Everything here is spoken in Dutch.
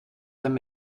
hem